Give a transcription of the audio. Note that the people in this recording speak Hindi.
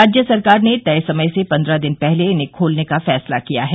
राज्य सरकार ने तय समय से पन्द्रह दिन पहले इन्हें खोलने का फैसला लिया है